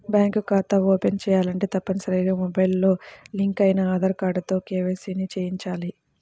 bank ఖాతా open చేయాలంటే తప్పనిసరిగా మొబైల్ తో లింక్ అయిన ఆధార్ కార్డుతో కేవైసీ ని చేయించాలి